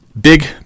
big